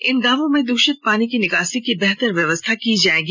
इन गांवों में दूषित पानी की निकासी की बेहतर व्यवस्था की जाएगी